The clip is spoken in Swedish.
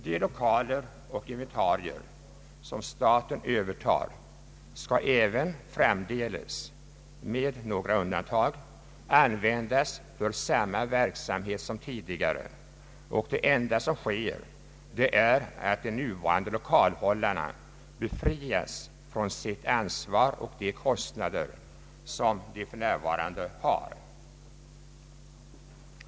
De lokaler och inventarier som staten övertar skall även framdeles, med några undantag, användas för samma verksamhet som tidigare, och det enda som sker är att de nuvarande lokalhållarna befrias från de kostnader som de för närvarande har.